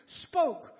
spoke